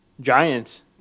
Giants